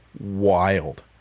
wild